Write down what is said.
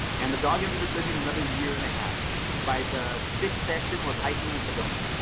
and the dog ended up living another year and a half by the sixth session was hiking in sedona.